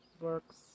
works